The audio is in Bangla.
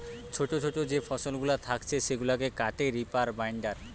ছোটো ছোটো যে ফসলগুলা থাকছে সেগুলাকে কাটে রিপার বাইন্ডার